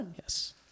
Yes